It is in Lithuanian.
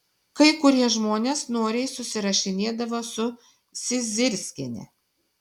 kai kurie žmonės noriai susirašinėdavo su zizirskiene